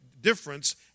difference